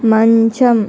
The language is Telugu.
మంచం